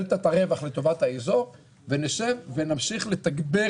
דלתת הרווח לטובת האזור ונמשיך לתגבר